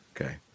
Okay